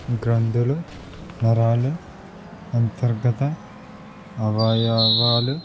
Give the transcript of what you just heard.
గ్రంథులు నరాలు అంతర్గత అవయావాలు